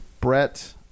Brett –